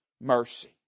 mercy